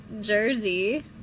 jersey